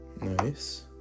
nice